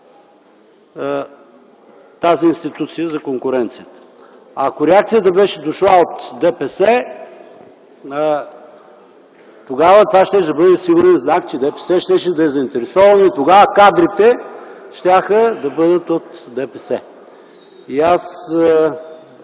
институцията за конкуренцията. Ако реакцията беше дошла от ДПС, тогава това щеше да бъде сигурен знак, че ДПС ще е заинтересовано и тогава кадрите щяха да бъдат от ДПС. Говоря